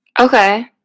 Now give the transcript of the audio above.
Okay